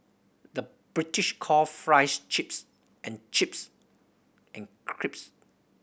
the British call fries chips and chips and crisps